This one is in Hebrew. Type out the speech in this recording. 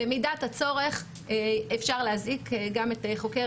במידת הצורך אפשר להזעיק גם את חוקר